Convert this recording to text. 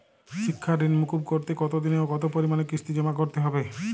শিক্ষার ঋণ মুকুব করতে কতোদিনে ও কতো পরিমাণে কিস্তি জমা করতে হবে?